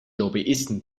lobbyisten